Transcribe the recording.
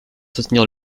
soutenir